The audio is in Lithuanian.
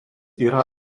yra